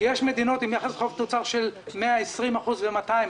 כי יש מדינות עם יחס חוב תוצר של 120% ו-200%,